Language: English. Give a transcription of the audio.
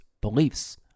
beliefs